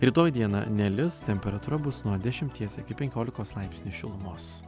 rytoj dieną nelis temperatūra bus nuo dešimties iki penkiolikos laipsnių šilumos